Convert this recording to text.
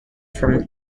from